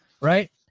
right